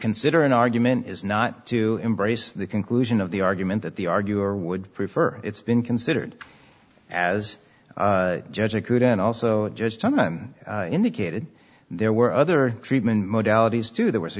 consider an argument is not to embrace the conclusion of the argument that the argue or would prefer it's been considered as judge agreed and also just common indicated there were other treatment modalities to there w